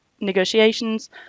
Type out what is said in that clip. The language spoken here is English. negotiations